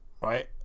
right